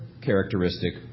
characteristic